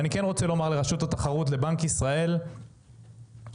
אני רוצה לומר לרשות התחרות, לבנק ישראל, שחייבים,